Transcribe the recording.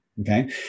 Okay